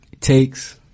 takes